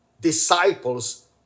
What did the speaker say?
disciples